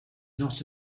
not